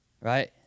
right